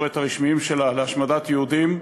התקשורת הרשמיים שלה להשמדת יהודים,